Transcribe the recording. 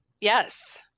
yes